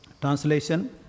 Translation